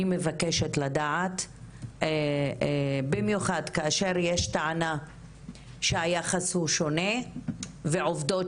אני מבקשת לדעת במיוחד כאשר יש טענה שהיחס הוא שונה ועובדות